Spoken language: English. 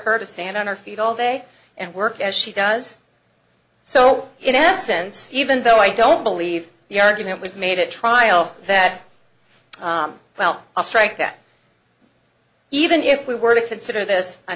her to stand on her feet all day and work as she does so in essence even though i don't believe the argument was made at trial that well i'll strike that even if we were to consider this a